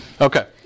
Okay